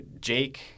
Jake